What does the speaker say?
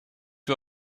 you